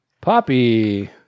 Poppy